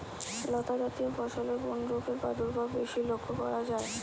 লতাজাতীয় ফসলে কোন রোগের প্রাদুর্ভাব বেশি লক্ষ্য করা যায়?